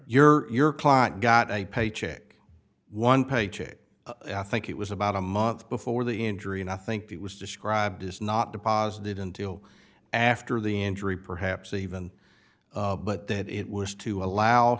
oka your client got a paycheck one paycheck i think it was about a month before the injury and i think he was described as not deposited until after the injury perhaps even but that it was to allow